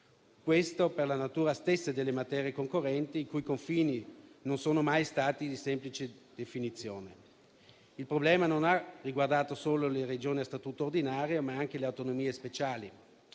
per la natura stessa delle materie concorrenti, i cui confini non sono mai stati di semplice definizione. Il problema non ha riguardato solo le Regioni a statuto ordinario, ma anche le autonomie speciali.